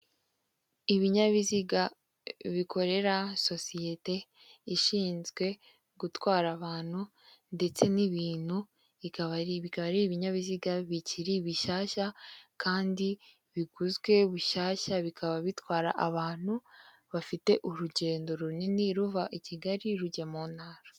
Ibinyabiziga bikorera sosiyete, ishinzwe gutwara abantu ndetse n'ibintu, bikaba ari ibinyabiziga bikiri bishyashya kandi biguzwe bushyashya, bikaba bitwara abantu bafite urugendo runini, ruva i kigali rujya mu ntara.